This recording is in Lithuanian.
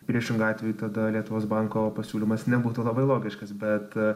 priešingu atveju tada lietuvos banko pasiūlymas nebūtų labai logiškas bet